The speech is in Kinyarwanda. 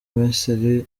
misiri